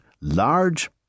large